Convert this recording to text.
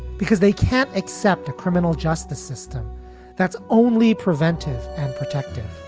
because they can't accept the criminal justice system that's only preventive and protective